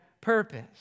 purpose